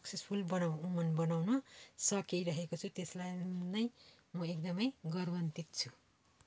successful woman बनाउ बनाउन सकिरहेको छु त्यसलाई नै म एकदम गौरवान्वित छु